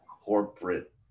corporate